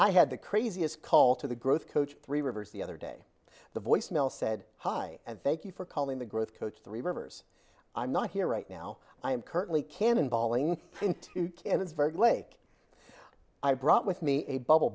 i had the craziest call to the growth coach three rivers the other day the voice mail said hi and thank you for calling the growth coach three rivers i'm not here right now i'm currently cannonball ing and it's virgo lake i brought with me a bubble